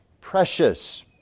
precious